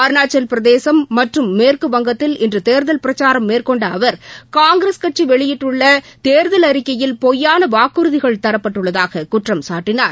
அருணாச்சல் பிரதேசம் மற்றும் மேற்கு வங்கத்தில் இன்று தேர்தல் பிரச்சாரம் மேற்கொண்ட அவர் காங்கிரஸ் கட்சி வெளியிட்டுள்ள தேர்தல் அறிக்கையில் பொய்யான வாக்குறதிகள் தரப்பட்டுள்ளதாக குற்றம்சாட்டனார்